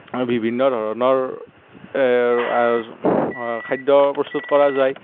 বিভিন্ন ধৰণৰ খাদ্য প্ৰস্তুত কৰা যায়